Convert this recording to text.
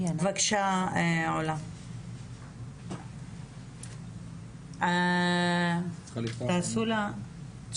בקשה, תציגי את עצמך.